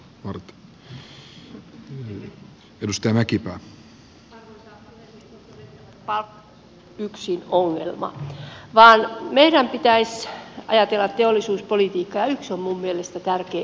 on todettava että palkkataso ei ole yksin ongelma vaan meidän pitäisi ajatella teollisuuspolitiikkaa ja yksi on minun mielestäni tärkeä